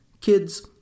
Kids